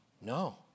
no